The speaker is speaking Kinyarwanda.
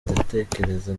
ndatekereza